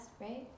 right